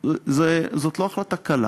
זאת לא החלטה קלה,